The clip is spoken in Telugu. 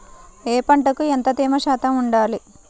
ఏ పంటకు ఎంత తేమ శాతం ఉండాలి?